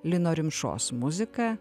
lino rimšos muzika